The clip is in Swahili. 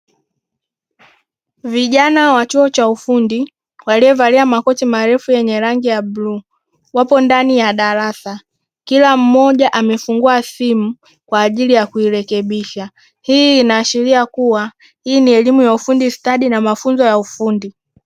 Vijana wa chuo cha ufundi walio valia makoti marefu yenye rangi ya bluu, wapo ndani ya darasa kila mmoja amefungua simu kwa ajili ya kuirekebisha, hii inaashiria kuwa hii ni elimu ya ufundi stadi na mafunzo ya ufundi.